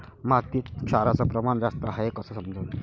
मातीत क्षाराचं प्रमान जास्त हाये हे कस समजन?